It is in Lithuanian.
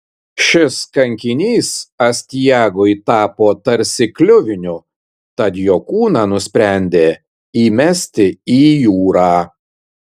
šis kankinys astiagui tapo tarsi kliuviniu tad jo kūną nusprendė įmesti į jūrą